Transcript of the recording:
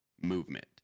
movement